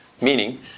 Meaning